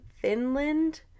Finland